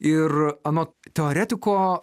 ir anot teoretiko